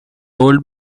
old